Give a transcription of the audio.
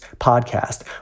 podcast